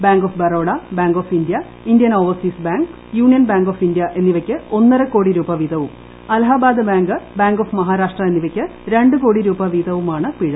bank of Baroda bank of India Indian overseas bank union bank of India എന്നിവയ്ക്കു ഒന്നര കോടി രൂപ വീതവും Allahabad bank bank of Maharashtra എന്നിവയ്ക്ക് രണ്ടു കോടി രൂപ വീതവുമാണ് പിഴ